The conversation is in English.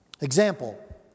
Example